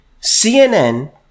CNN